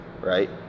right